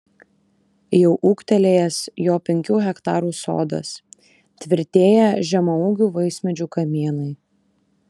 jau ūgtelėjęs jo penkių hektarų sodas tvirtėja žemaūgių vaismedžių kamienai